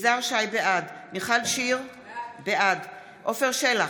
בעד מיכל שיר סגמן, בעד עפר שלח,